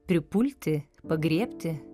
pripulti pagriebti